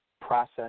process